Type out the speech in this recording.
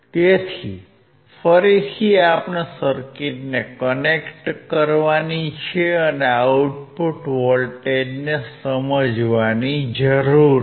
તેથી ફરીથી આપણે સર્કિટને કનેક્ટ કરવાની છે અને આઉટપુટ વોલ્ટેજને સમજવાની જરૂર છે